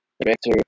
director